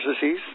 disease